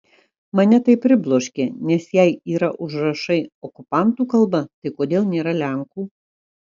mane tai pribloškė nes jei yra užrašai okupantų kalba tai kodėl nėra lenkų